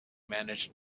managed